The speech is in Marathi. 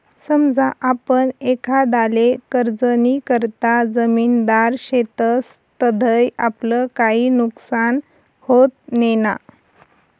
समजा आपण एखांदाले कर्जनीकरता जामिनदार शेतस तधय आपलं काई नुकसान व्हत नैना?